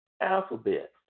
alphabet